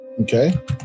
Okay